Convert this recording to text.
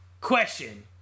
question